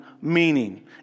meaning